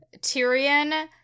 Tyrion